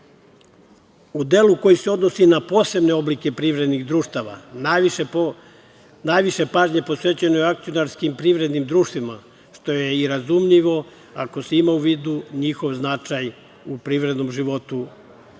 delu koji se odnosi na posebne oblike privrednih društava, najviše pažnje posvećeno je akcionarskim privrednim društvima, što je i razumljivo, ako se ima u vidu njihov značaj u privrednom životu